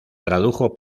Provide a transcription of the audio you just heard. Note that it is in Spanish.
tradujo